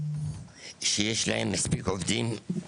אין מספיק עובדים.